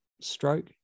stroke